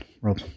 Rob